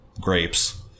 grapes